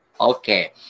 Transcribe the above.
Okay